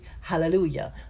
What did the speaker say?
hallelujah